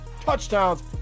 touchdowns